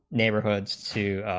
neighborhoods two,